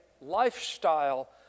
lifestyle